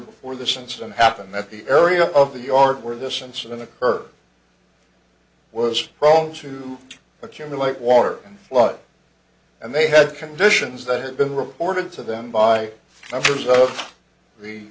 before this incident happened that the area of the yard where this incident occurred was prone to accumulate water flood and they had conditions that have been reported to them by members of